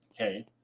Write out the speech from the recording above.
okay